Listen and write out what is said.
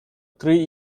three